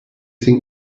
think